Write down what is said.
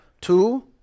two